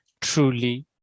truly